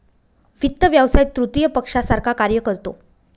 वित्त व्यवसाय तृतीय पक्षासारखा कार्य करतो